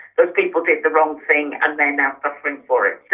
those people did the wrong thing and they are now suffering for it.